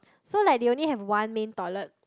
so like they only have one main toilet